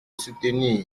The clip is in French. soutenir